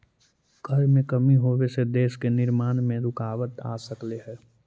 कर में कमी होबे से देश के निर्माण में रुकाबत आ सकलई हे